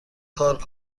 کار